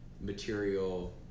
material